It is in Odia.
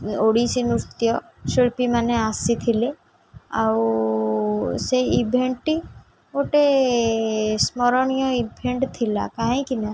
ଓଡ଼ିଶୀ ନୃତ୍ୟ ଶିଳ୍ପୀମାନେ ଆସିଥିଲେ ଆଉ ସେ ଇଭେଣ୍ଟ୍ଟି ଗୋଟେ ସ୍ମରଣୀୟ ଇଭେଣ୍ଟ୍ ଥିଲା କାହିଁକି ନା